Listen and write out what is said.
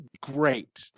great